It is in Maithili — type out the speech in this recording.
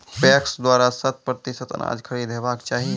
पैक्स द्वारा शत प्रतिसत अनाज खरीद हेवाक चाही?